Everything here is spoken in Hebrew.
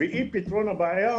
ואי פתרון הבעיה